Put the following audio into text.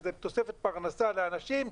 שזו תוספת פרנסה לאנשים,